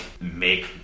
make